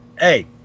hey